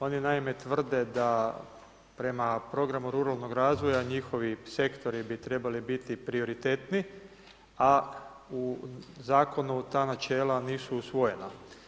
Oni naime, tvrde, da prema programu ruralnog razvoja, njihovi sektori bi trebali biti prioritetni, a u zakonu, ta načela nisu usvojena.